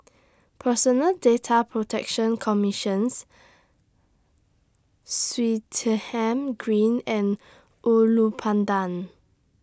Personal Data Protection Commissions Swettenham Green and Ulu Pandan